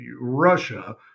Russia